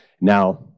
Now